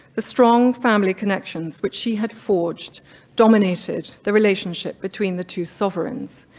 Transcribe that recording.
the strong family connections which she had forged dominated the relationship between the two sovereigns.